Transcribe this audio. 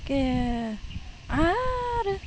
एखे आरो